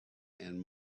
and